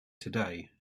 today